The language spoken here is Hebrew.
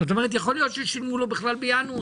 זאת אומרת יכול להיות ששילמו לו בכלל בינואר,